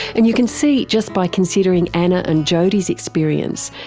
and you can see, just by considering anna and jodie's experience,